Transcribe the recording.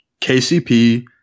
kcp